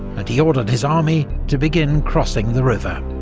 and he ordered his army to begin crossing the river.